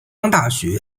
大学